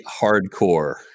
hardcore